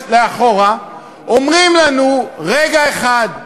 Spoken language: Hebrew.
אחורה, אומרים לנו: רגע אחד,